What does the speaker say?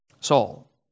Saul